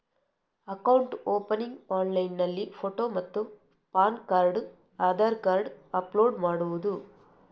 Account opening ಆನ್ಲೈನ್ನಲ್ಲಿ photo ಮತ್ತು PAN card Aadhaar card upload ಮಾಡುವುದು?